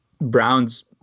Brown's